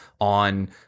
on